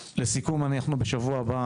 לסיכום, בשבוע הבא